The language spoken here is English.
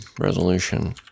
resolution